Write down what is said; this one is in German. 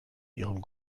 ihrem